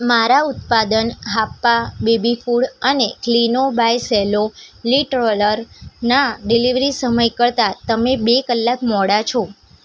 મારા ઉત્પાદન Happa baby food અને ક્લીનો બાય સેલો લીંટ રોલરના ડિલીવરી સમય કરતાં તમે બે કલાક મોડા છો